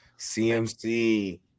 CMC